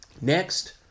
Next